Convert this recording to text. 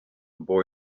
boy